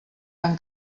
han